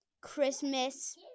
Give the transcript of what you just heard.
Christmas